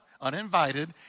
uninvited